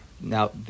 now